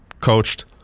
coached